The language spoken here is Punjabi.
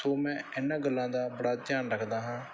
ਸੋ ਮੈਂ ਇਹਨਾਂ ਗੱਲਾਂ ਦਾ ਬੜਾ ਧਿਆਨ ਰੱਖਦਾ ਹਾਂ